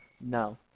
No